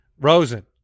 Rosen